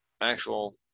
actual